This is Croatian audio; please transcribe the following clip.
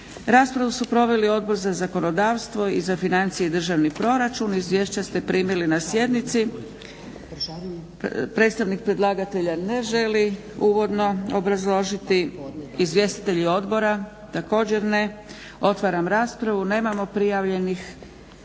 Raspravu su proveli Odbor za zakonodavstvo i za financije i državni proračun. Izvješća ste primili na sjednici. Predstavnik predlagatelja ne želi uvodno obrazložiti. Izvjestitelji odbora? Također ne. Otvaram raspravu. Nemamo prijavljenih.